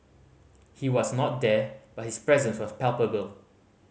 he was not there but his presence was palpable